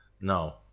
Now